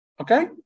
okay